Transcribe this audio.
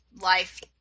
life